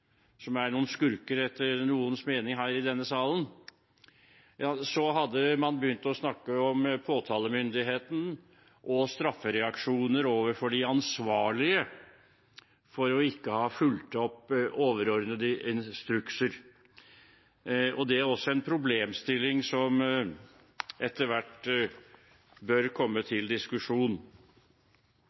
som er noen skurker etter noens mening her i denne salen, hadde man begynt å snakke om påtalemyndigheten og straffereaksjoner overfor de ansvarlige for ikke å ha fulgt opp overordnede instrukser. Det er også en problemstilling som etter hvert bør komme opp til diskusjon.